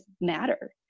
matter